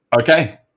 okay